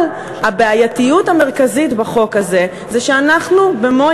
אבל הבעייתיות המרכזית בחוק הזה היא שאנחנו במו